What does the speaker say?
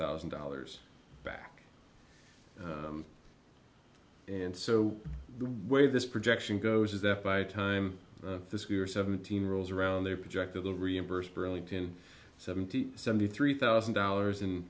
thousand dollars back and so the way this projection goes is that by the time this year seventeen rolls around their projected will reimburse burlington seventy seventy three thousand dollars and